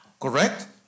Correct